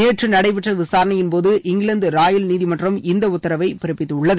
நேற்று நடைபெற்ற விசாரணையின்போது இங்கிலாந்து ராயல் நீதிமன்றம் இந்த உத்தரவை பிறப்பித்துள்ளது